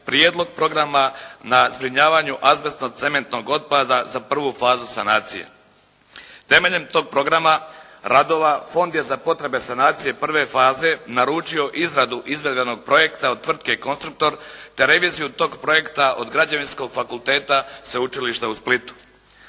prijedlog programa na zbrinjavanju azbestnog cementnog otpada za prvu fazu sanacije. Temeljem tog programa radova, Fond je za potrebe sanacije prve faze naručio izradu izvedbenog projekta od tvrtke “Konstruktor“ te reviziju tog projekta od Građevinskog fakulteta Sveučilišta u Splitu.